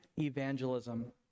evangelism